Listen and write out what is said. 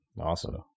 Awesome